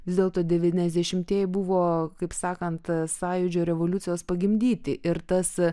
vis dėlto devyniasdešimtieji buvo kaip sakant sąjūdžio revoliucijos pagimdyti ir tas